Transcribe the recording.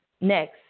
Next